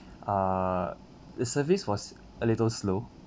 err the service was a little slow